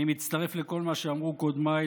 אני מצטרף לכל מה שאמרו קודמיי,